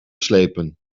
slepen